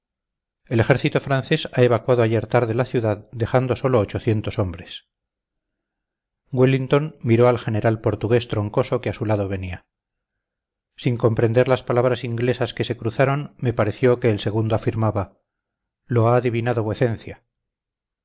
el ejército francés ha evacuado ayer tarde la ciudad dejando sólo ochocientos hombres wellington miró al general portugués troncoso que a su lado venía sin comprender las palabras inglesas que se cruzaron me pareció que el segundo afirmaba lo ha adivinado vuecencia